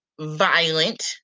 violent